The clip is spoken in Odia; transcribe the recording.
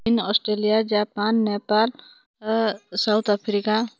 Australia Japan Nepal South Africa